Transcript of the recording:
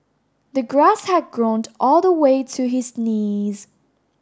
the grass had grown all the way to his knees